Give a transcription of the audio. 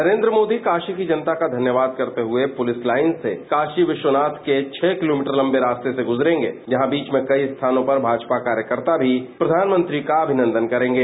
नरेंद्र मोदी काशी की जनता का धन्यवाद करते हुए पुलिस लाइन से काशी विश्वनाथ के छह किलोमीटर लवे रास्ते से गुजरंगे जहां बीच में कई स्थानों पर भाजपा कार्यकर्ता भी प्रधानमंत्री का अभिनदन करेंगे